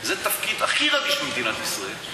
זה תפקיד הכי רגיש במדינת ישראל.